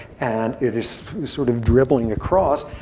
and it is sort of dribbling across.